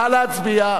נא להצביע.